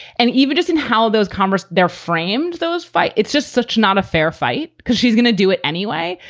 and even just in how those converse, their frames, those fight, it's just such not a fair fight because she's gonna do it anyway.